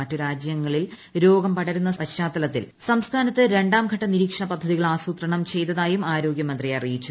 മറ്റു രാജ്യങ്ങളിൽ രോഗം പ്പട്രുന്ന് പശ്ചാത്തലത്തിൽ സംസ്ഥാനത്ത് രണ്ടാം ഘട്ട നിരീക്ഷണ പ്പിദ്ധുതികൾ ആസൂത്രണം ചെയ്തതായും ആരോഗ്യമന്ത്രി അറിയിച്ചു